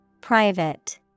Private